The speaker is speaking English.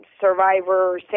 Survivor